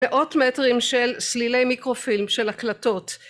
מאות מטרים של סלילי מיקרופילם של הקלטות.